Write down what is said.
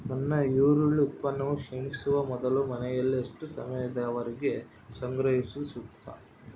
ನನ್ನ ಈರುಳ್ಳಿ ಉತ್ಪನ್ನವು ಕ್ಷೇಣಿಸುವ ಮೊದಲು ಮನೆಯಲ್ಲಿ ಎಷ್ಟು ಸಮಯದವರೆಗೆ ಸಂಗ್ರಹಿಸುವುದು ಸೂಕ್ತ?